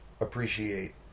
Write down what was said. appreciate